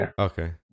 okay